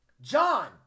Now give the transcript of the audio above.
John